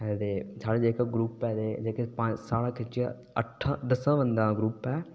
ते साढा जेह्का ग्रुप ऐ ओह् दस्से बंदे दा ग्रुप ऐ